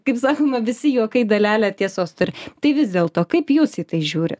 kaip sakoma visi juokai dalelę tiesos turi tai vis dėlto kaip jūs į tai žiūrit